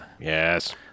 Yes